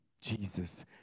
Jesus